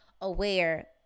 aware